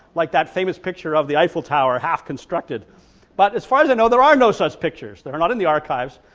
like that famous picture of the eiffel tower half constructed but as far as i know there are no such pictures, they are not in the archives,